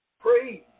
praise